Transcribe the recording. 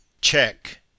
check